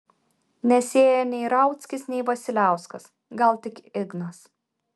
nesėja nei rauckis nei vasiliauskas gal tik ignas